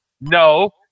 No